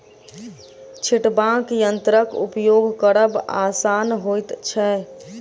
छिटबाक यंत्रक उपयोग करब आसान होइत छै